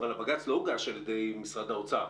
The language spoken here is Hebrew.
אבל הבג"ץ לא הוגש על ידי משרד האוצר.